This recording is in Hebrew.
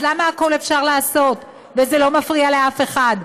אז למה הכול אפשר לעשות וזה לא מפריע לאף אחד,